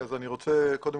אני רוצה לומר